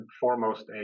foremost